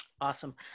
Awesome